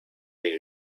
they